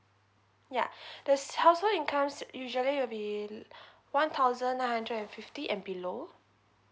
ya the household incomes usually will be one thousand nine hundred and fifty and below